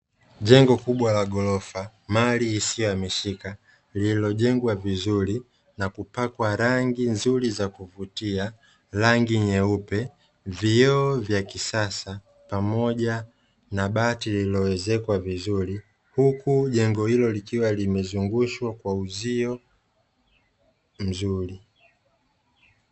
Jengo kubwa la ghoroja mali isiyo hamishika lililojengwa vizuri na kupakwa rangi nzuri ya kuvutia; rangi nyeupe, vioo vya kisasa pamoja na bati lililoezekwa vizuri huku jengo hilo likiwa limezungushwa kwa uzio mzuri.